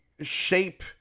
shape